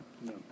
No